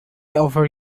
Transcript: over